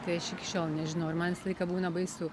tai aš iki šiol nežinau ir man visą laiką būna baisu